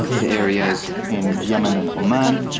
the areas in yemen and oman,